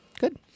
Good